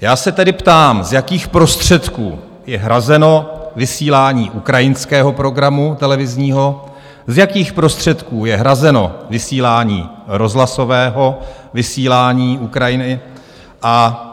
Já se tedy ptám, z jakých prostředků je hrazeno vysílání ukrajinského programu televizního, z jakých prostředků je hrazeno vysílání rozhlasového vysílání Ukrajiny, a